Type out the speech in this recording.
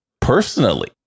personally